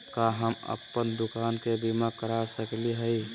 का हम अप्पन दुकान के बीमा करा सकली हई?